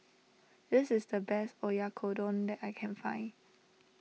this is the best Oyakodon that I can find